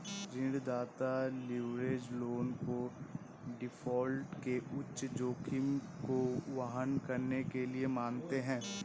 ऋणदाता leverage loan को default के उच्च जोखिम को वहन करने के लिए मानते हैं